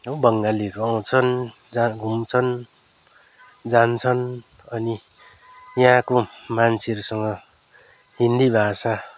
हो बङ्गालीहरू आउँछन् जा घुम्छन् जान्छन् अनि यहाँको मान्छेहरूसँग हिन्दी भाषा